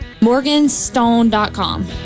Morganstone.com